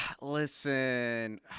Listen